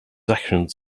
actions